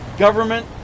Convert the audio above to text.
government